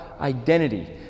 identity